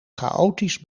chaotisch